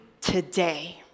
today